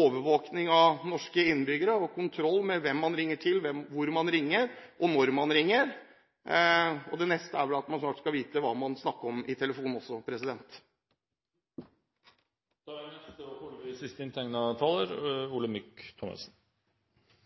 overvåkning av norske innbyggere og kontroll med hvem man ringer til, hvor man ringer, og når man ringer. Det neste er vel at man skal vite hva man snakker om i telefonen, også. Det er